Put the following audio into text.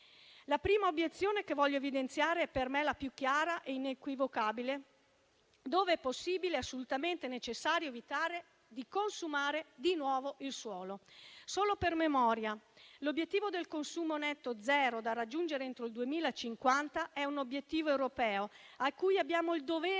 La prima obiezione che voglio avanzare è per me la più chiara e inequivocabile. Dov'è possibile, è assolutamente necessario evitare di consumare di nuovo il suolo. Solo per memoria: quello del consumo netto zero da raggiungere entro il 2050 è un obiettivo europeo a cui abbiamo il dovere